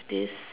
this